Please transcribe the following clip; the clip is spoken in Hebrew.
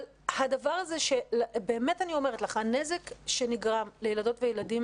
אבל באמת אני אומרת לך: הנזק שנגרם לילדות וילדים